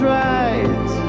right